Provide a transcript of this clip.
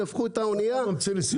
הם הפכו את האנייה למחסן.